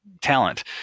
talent